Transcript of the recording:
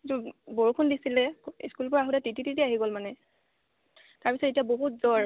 যিটো বৰষুণ দিছিলে স্কুলৰ পৰা আহোঁতে তিতি তিতি আহি গ'ল মানে তাৰপিছত এতিয়া বহুত জ্বৰ